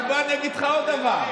אבל בוא אני אגיד לך עוד דבר.